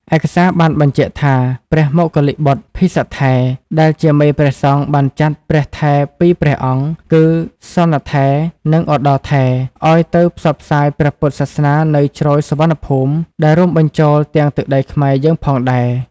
ឯកសារបានបញ្ជាក់ថា ព្រះមោគ្គល្លិបុត្តភិស្សត្ថេរ ដែលជាមេព្រះសង្ឃ បានចាត់ព្រះថេរពីរព្រះអង្គគឺ សោណត្ថេរ និង ឧត្តរត្ថេរ ឱ្យទៅផ្សព្វផ្សាយព្រះពុទ្ធសាសនានៅ ជ្រោយសុវណ្ណភូមិ ដែលរួមបញ្ចូលទាំងទឹកដីខ្មែរយើងផងដែរ។